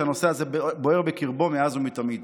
שהנושא הזה בוער בקרבו מאז ומתמיד.